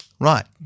right